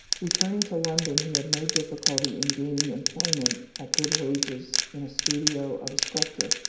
returning to london, he had no difficulty in gaining employment at good wages in a studio of a sculptor.